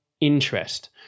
interest